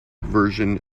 version